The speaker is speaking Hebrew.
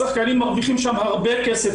השחקנים מרוויחים שם הרבה כסף,